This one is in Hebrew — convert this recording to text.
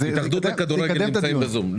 ההתאחדות לכדורגל נמצאים בזום.